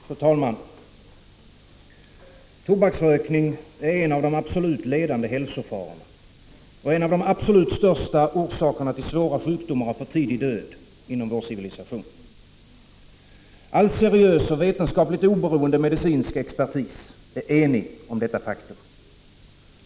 Fru talman! Tobaksrökning är en av de absolut ledande hälsofarorna och en av de absolut största orsakerna till svåra sjukdomar och för tidig död inom vår civilisation. All seriös och vetenskapligt oberoende medicinsk expertis är enig om detta faktum.